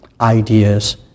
ideas